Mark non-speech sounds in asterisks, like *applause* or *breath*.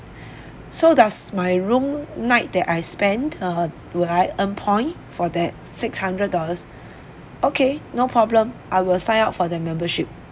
*breath* so does my room night that I spend uh will I earn point for that six hundred dollars okay no problem I will sign up for the membership